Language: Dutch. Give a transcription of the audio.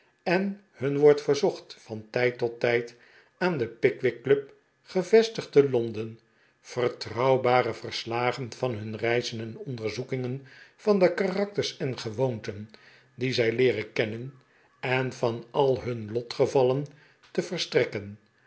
en hun wordt verzocht van tijd tot tijd aan de pickwick club gevestigd te londen vertrouwbare verslagen van hun reizen en onderzoekingen van de karakters en gewoonten die zij leeren kennen en van al hun lotgevallen te verstrekken